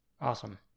Awesome